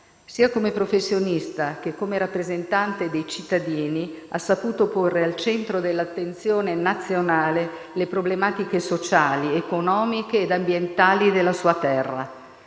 Sia come professionista che come rappresentante dei cittadini ha saputo porre al centro dell'attenzione nazionale le problematiche sociali, economiche ed ambientali della sua terra.